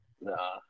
Nah